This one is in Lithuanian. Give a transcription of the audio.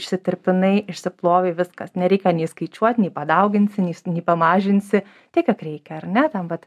išsitirpinai išsiplovei viskas nereikia nei skaičiuot nei padauginsi nei pamažinsi tiek kiek reikia ar ne ten vat